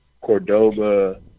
Cordoba